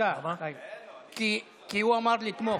הוא מסתכל